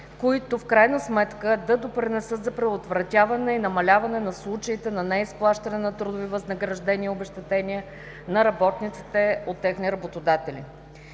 които в крайна сметка да допринесат за предотвратяване и намаляване на случаите на неизплащане на трудови възнаграждения и обезщетения на работниците от техни работодатели.